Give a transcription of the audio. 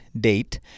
date